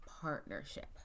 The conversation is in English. partnership